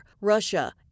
Russia